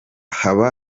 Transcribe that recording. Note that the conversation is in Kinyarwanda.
haba